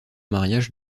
mariage